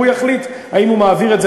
הוא יחליט אם הוא מעביר את זה,